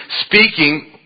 speaking